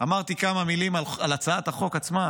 שאמרתי כמה מילים על הצעת החוק עצמה,